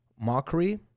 Mockery